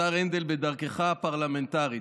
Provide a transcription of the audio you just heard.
השר הנדל, בדרכך הפרלמנטרית.